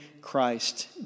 Christ